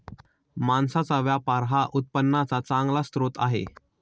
मांसाचा व्यापार हा उत्पन्नाचा चांगला स्रोत आहे